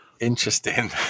Interesting